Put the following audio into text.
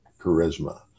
charisma